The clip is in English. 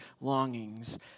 longings